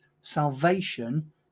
salvation